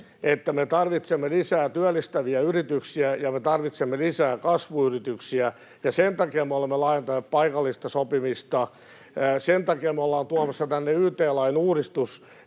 että me tarvitsemme lisää työllistäviä yrityksiä ja me tarvitsemme lisää kasvuyrityksiä. Sen takia me olemme laajentaneet paikallista sopimista. Sen takia me ollaan tuomassa tänne yt-lain uudistus,